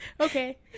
Okay